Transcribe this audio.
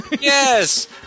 Yes